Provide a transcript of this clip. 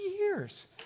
years